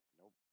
nope